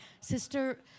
Sister